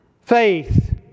faith